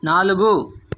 నాలుగు